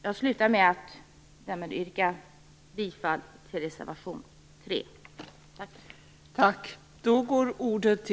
Jag slutar med att yrka bifall till reservation 3.